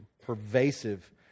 pervasive